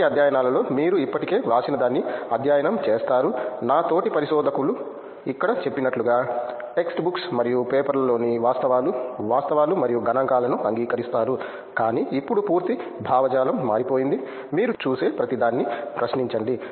మునుపటి అధ్యయనాలలో మీరు ఇప్పటికే వ్రాసినదాన్ని అధ్యయనం చేస్తారు నా తోటి పరిశోధకులు ఇక్కడ చెప్పినట్లుగా టెక్స్ట్ బుక్స్ మరియు పేపర్లలోని వాస్తవాలు వాస్తవాలు మరియు గణాంకాలను అంగీకరిస్తారు కానీ ఇప్పుడు పూర్తి భావజాలం మారిపోయింది మీరు చూసే ప్రతిదాన్ని ప్రశ్నించండి